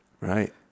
right